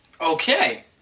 Okay